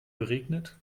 geregnet